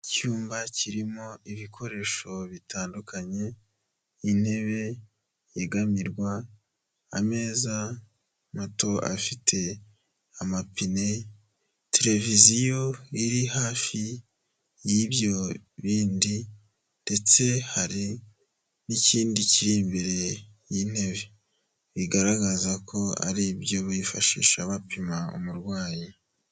Icyumba kirimo ibikoresho bitandukanye, intebe yegamirwa, ameza mato afite amapine, televiziyo iri hafi y'ibyo bindi ndetse hari n'ikindi kiri imbere y'intebe, bigaragaza ko ari ibyo bifashisha bapima umurwayi.